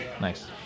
Nice